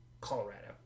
Colorado